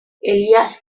elias